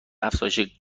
افزایش